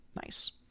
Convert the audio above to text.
Nice